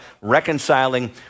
reconciling